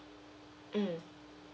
mm